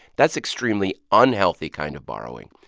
that's extremely unhealthy kind of borrowing.